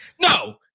No